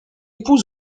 épouse